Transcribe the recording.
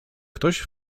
ktoś